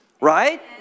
right